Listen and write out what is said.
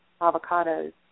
avocados